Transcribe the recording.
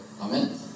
Amen